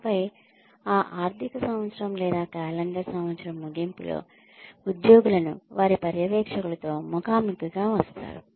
ఆపై ఆ ఆర్థిక సంవత్సరం లేదా క్యాలెండర్ సంవత్సరం ముగింపులో ఉద్యోగులను వారి పర్యవేక్షకులతో ముఖాముఖిగా వస్తారు